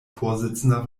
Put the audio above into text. vorsitzender